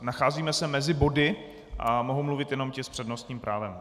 Nacházíme se mezi body a mohou mluvit jenom ti s přednostním právem.